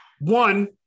One